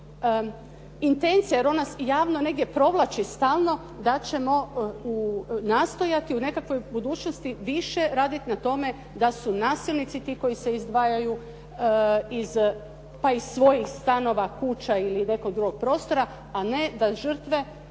intencija jer ona javno negdje provlači stalno da ćemo nastojati u nekakvoj budućnosti više raditi na tome da su nasilnici ti koji se izdvajaju iz, pa iz svojih stanova, kuća ili nekog drugog prostora, a ne da žrtve